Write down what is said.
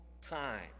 time